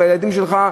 ולילדים שלך,